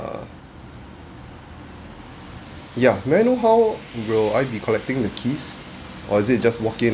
ya may I know how will I be collecting the keys or is it just walk in